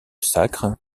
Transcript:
sacre